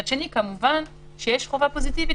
מצד שני, כמובן שיש חובה פוזיטיבית.